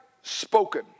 spoken